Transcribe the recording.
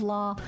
Law